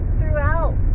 throughout